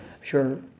sure